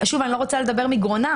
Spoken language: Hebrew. אני לא רוצה לדבר בשמם,